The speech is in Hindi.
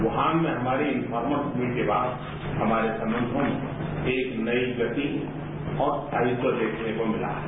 वुहान में हमारी इन्फोरमल मीट के बाद हमारे संबंधों में एक नई गति और स्थायित्व देखने को मिला है